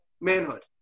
manhood